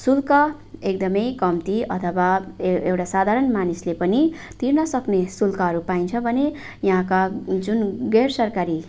शुल्क एकदमै कम्ती अथवा एउ एउटा साधारण मानिसले पनि तिर्न सक्ने शुल्कहरू पाइन्छ भने यहाँका जुन गैर सरकारी